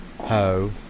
ho